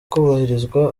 kubahirizwa